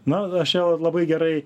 na aš čia labai gerai